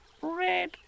Red